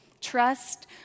Trust